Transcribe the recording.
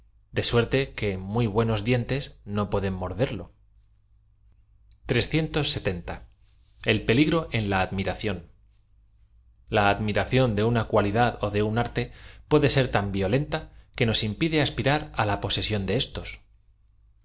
de suerte que muy buenos dien tes qo pueden morder peligro en la admiración la admiración de una cualidad ó de un arte puede ser tan violenta que nos impide aspirar á la posesión de éstos